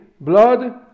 blood